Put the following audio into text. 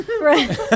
right